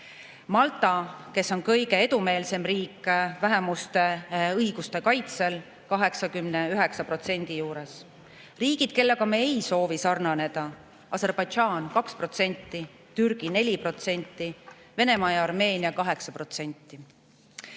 Malta, kes on kõige edumeelsem riik vähemuste õiguste kaitsel, on 89% juures. Riigid, kellega me ei soovi sarnaneda: Aserbaidžaan 2%, Türgi 4%, Venemaa ja Armeenia 8%.